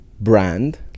brand